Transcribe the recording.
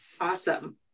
Awesome